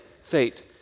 fate